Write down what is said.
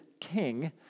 king